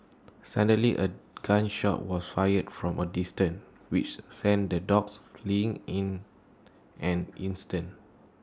suddenly A gun shot was fired from A distance which sent the dogs fleeing in an instant